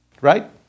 right